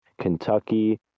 Kentucky